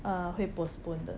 err 会 postpone 的